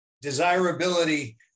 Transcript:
Desirability